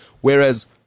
Whereas